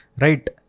right